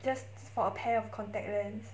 just for a pair of contact lens